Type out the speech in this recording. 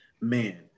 Man